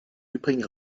übrigen